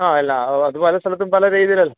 ആ അല്ല അത് അത് പല സ്ഥലത്തും പല രീതിയിൽ അല്ലേ